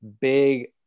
big